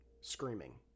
screaming